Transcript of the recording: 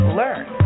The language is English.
learn